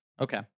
Okay